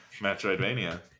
Metroidvania